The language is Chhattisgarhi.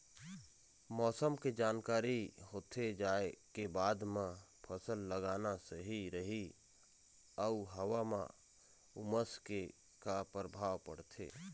मौसम के जानकारी होथे जाए के बाद मा फसल लगाना सही रही अऊ हवा मा उमस के का परभाव पड़थे?